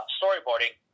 storyboarding